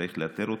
צריך לאתר אותם,